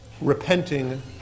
repenting